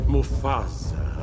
Mufasa